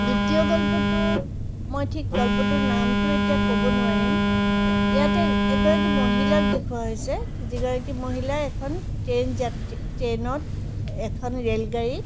দ্বিতীয় গল্পটো মই ঠিক গল্পটোৰ নামটো এতিয়া ক'ব নোৱাৰিম ইয়াতে এগৰাকী মহিলাক দেখোৱা হৈছে যিগৰাকী মহিলাই এখন ট্ৰেইন যাত ট্ৰেইনত এখন ৰে'লগাড়ীত